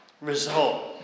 result